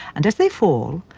and as they fall,